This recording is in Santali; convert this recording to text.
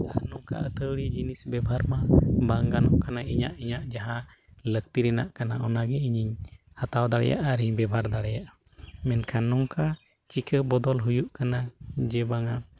ᱟᱨ ᱱᱚᱝᱠᱟ ᱟᱹᱛᱷᱟᱹᱲᱤ ᱡᱤᱱᱤᱥ ᱵᱮᱵᱚᱦᱟᱨ ᱢᱟ ᱵᱟᱝ ᱜᱟᱱᱚᱜ ᱠᱟᱱᱟ ᱤᱧᱟᱹᱜ ᱤᱧᱟᱹᱜ ᱡᱟᱦᱟᱸ ᱞᱟᱹᱠᱛᱤ ᱨᱮᱱᱟᱜ ᱠᱟᱱᱟ ᱚᱱᱟᱜᱮ ᱤᱧᱤᱧ ᱦᱟᱛᱟᱣ ᱫᱟᱲᱮᱭᱟᱜᱼᱟ ᱟᱨᱤᱧ ᱵᱮᱵᱚᱦᱟᱨ ᱫᱟᱲᱮᱭᱟᱜᱼᱟ ᱢᱮᱱᱠᱷᱟᱱ ᱱᱚᱝᱠᱟ ᱪᱤᱠᱟᱹ ᱵᱚᱫᱚᱞ ᱦᱩᱭᱩᱜ ᱠᱟᱱᱟ ᱡᱮ ᱵᱟᱝᱟ